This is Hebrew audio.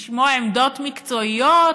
לשמוע עמדות מקצועיות,